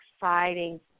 exciting